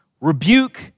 Rebuke